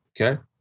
Okay